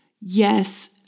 Yes